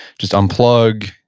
just unplug,